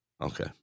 Okay